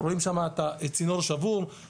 על אירועים של גנבה,